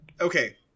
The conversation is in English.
Okay